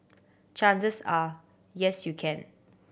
chances are yes you can